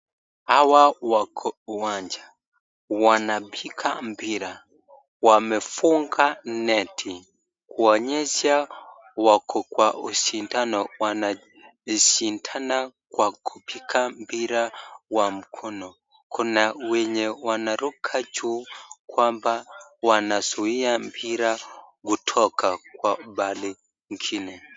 Hawa wako uwanja, wanapiga mpira, wamefunga neti kuonyesha wako kwa ushindano. Wanashindana kwa kupiga mpira wa mkono. Kuna wenye wanaruka juu kwamba wanazuia mpira kutoka kwa pahali ingine.